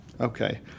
okay